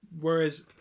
Whereas